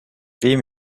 wem